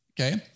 okay